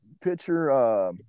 pitcher –